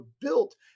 built